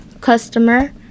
customer